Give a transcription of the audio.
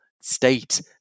state